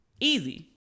Easy